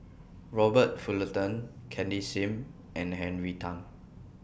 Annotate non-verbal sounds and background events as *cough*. *noise* Robert Fullerton Cindy SIM and Henry Tan